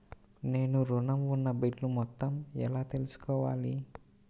నేను ఋణం ఉన్న బిల్లు మొత్తం ఎలా తెలుసుకోవాలి?